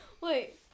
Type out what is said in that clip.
Wait